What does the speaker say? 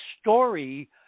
story